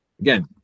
again